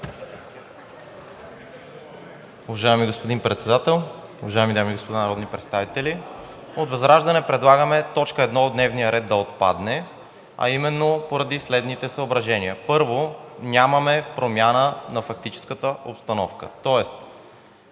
Уважаеми господин Председател, уважаеми дами и господа народни представители! От ВЪЗРАЖДАНЕ предлагаме точка едно от дневния ред да отпадне поради следните съображения. Първо, нямаме промяна на фактическата обстановка, тоест